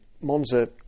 monza